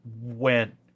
went